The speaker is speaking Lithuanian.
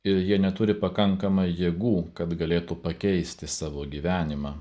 ir jie neturi pakankamai jėgų kad galėtų pakeisti savo gyvenimą